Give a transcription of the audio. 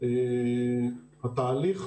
התהליך